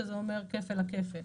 שזה אומר כפל הכפל.